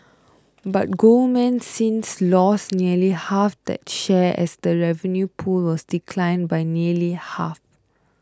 but Goldman since lost nearly half that share as the revenue pool has declined by nearly half